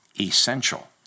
essential